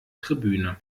tribüne